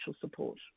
support